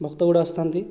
ଭକ୍ତ ଗଡ଼ ଆସିଥାନ୍ତି